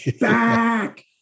Back